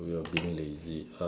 when you were being lazy